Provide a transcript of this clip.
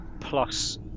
Plus